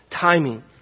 timing